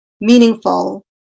meaningful